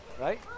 Right